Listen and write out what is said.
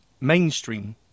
mainstream